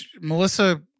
Melissa